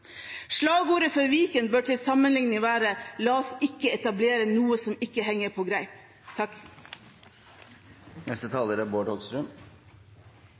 Slagordet for Viken bør til sammenligning være: La oss ikke etablere noe som ikke henger på greip.